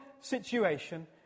situation